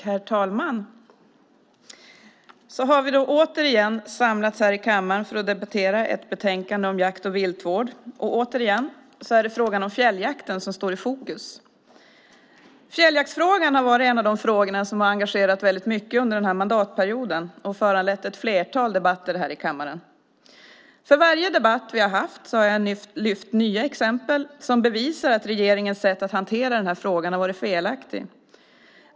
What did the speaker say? Herr talman! Så har vi återigen samlats i kammaren för att debattera ett betänkande om jakt och viltvård, och återigen är det fjälljakten som står i fokus. Fjälljakten har varit en av de frågor som engagerat mycket under denna mandatperiod och även föranlett ett flertal debatter i kammaren. Vid varje debatt vi haft har jag lyft fram nya exempel som bevisar att regeringens sätt att hantera frågan varit felaktigt.